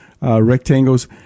rectangles